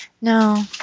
No